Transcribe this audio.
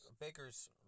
Baker's